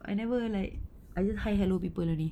I never like I just hi hello people only